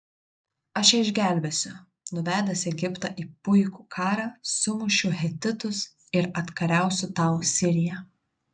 aš ją išgelbėsiu nuvedęs egiptą į puikų karą sumušiu hetitus ir atkariausiu tau siriją